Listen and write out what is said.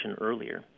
earlier